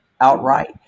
outright